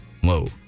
Whoa